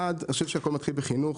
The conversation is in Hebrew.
אחד, אני חושב שהכול מתחיל בחינוך.